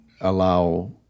allow